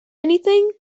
anything